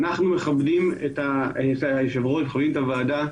אנחנו מכבדים את היושב ראש ומכבדים את הוועדה.